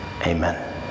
Amen